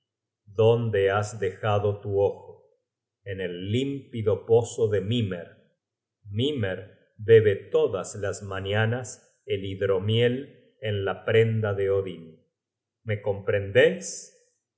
dónde has dejado tu ojo en el límpido pozo de mimer mimer bebe todas las mañanas el hidromiel en la prenda de odin me comprendeis